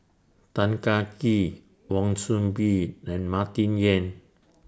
Tan Kah Kee Wan Soon Bee and Martin Yan